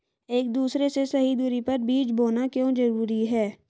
एक दूसरे से सही दूरी पर बीज बोना क्यों जरूरी है?